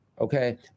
Okay